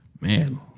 Man